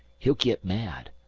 he'll git mad.